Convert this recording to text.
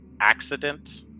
accident